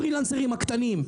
הפרילנסרים הקטנים,